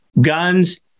guns